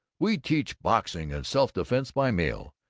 we teach boxing and self-defense by mail.